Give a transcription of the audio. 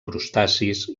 crustacis